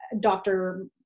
doctor